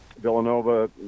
Villanova